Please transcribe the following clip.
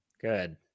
Good